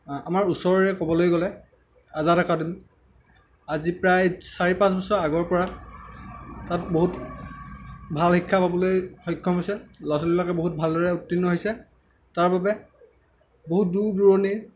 আমাৰ ওচৰৰে ক'বলৈ গ'লে আজাদ একাডেমী আজি প্ৰায় চাৰি পাঁচ বছৰৰ আগৰ পৰা তাত বহুতো ভাল শিক্ষা পাবলৈ সক্ষম হৈছে ল'ৰা ছোৱালীবিলাকে বহুত ভালদৰে উৰ্ত্তীণ হৈছে তাৰবাবে বহুত দূৰ দূৰণিৰ